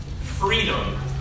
freedom